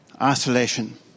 isolation